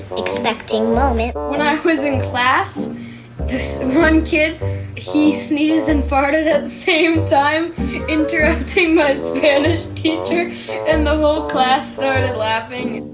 unexpecting moment when i was in class, this one kid he sneezed and farted at the same time interrupting my spanish teacher and the whole class started laughing